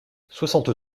soixante